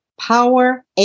power